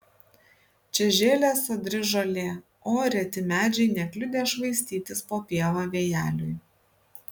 čia žėlė sodri žolė o reti medžiai nekliudė švaistytis po pievą vėjeliui